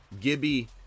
Gibby